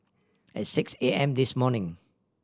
at six A M this morning